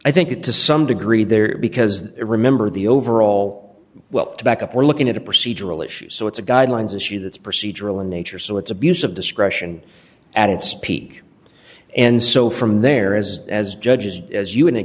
i think it to some degree there because remember the overall well back up we're looking at a procedural issue sorts of guidelines issue that's procedural in nature so it's abuse of discretion at its peak and so from there as as judges as you ind